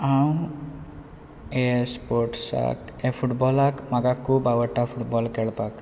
हांव हे स्पोर्ट्साक फुटबॉलाक म्हाका खूब आवडटा फुटबॉल खेळपाक